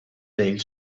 ells